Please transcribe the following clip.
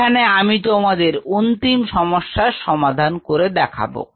এখানে আমি তোমাদের অন্তিম সমস্যার সমাধান করে দেখাবো